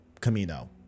Camino